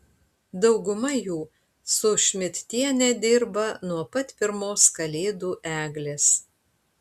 dauguma jų su šmidtiene dirba nuo pat pirmos kalėdų eglės